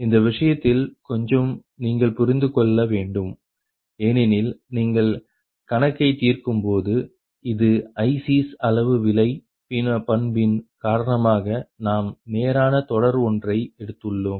இந்த விஷயத்தில் கொஞ்சம் நீங்கள் புரிந்துகொள்ள வேண்டும் ஏனெனில் நீங்கள் கணக்கை தீர்க்கும் போது இது ICs அளவு விலை பண்பின் காரணமாக நாம் நேரான தொடர் ஒன்றை எடுத்துள்ளோம்